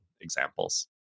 examples